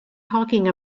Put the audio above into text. talking